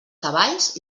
cavalls